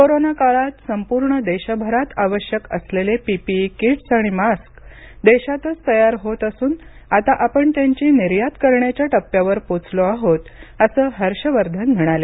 corona काळात संपूर्ण देशभरात आवश्यक असलेले पीपीई किट्स आणि मास्क देशातच तयार होत असून आता आपण त्यांची निर्यात करण्याच्या टप्प्यावर पोहोचलो आहोत असं हर्ष वर्धन म्हणाले